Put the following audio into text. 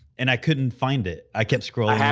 and i couldn't find it. i kept scrolling.